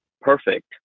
perfect